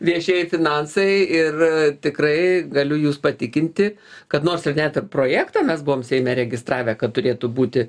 viešieji finansai ir tikrai galiu jus patikinti kad nors ir net ir projektą mes buvom seime registravę kad turėtų būti